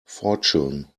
fortune